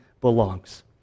belongs